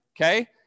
okay